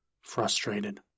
frustrated